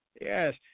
yes